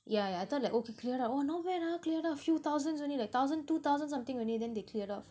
yeah yeah I thought like clear ah oh no when ah clear lah few thousands only like thousand two thousand something then they cleared off